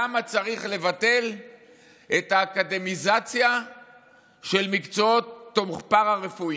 למה צריך לבטל את האקדמיזציה של מקצועות פארה-רפואיים?